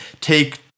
take